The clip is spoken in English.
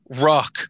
Rock